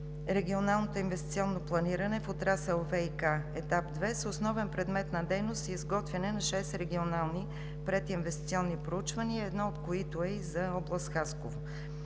регионалното инвестиционно планиране в отрасъл ВиК – етап 2“, с основен предмет на дейност изготвяне на шест регионални прединвестиционни проучвания, едно от които е и за област Хасково.